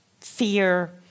fear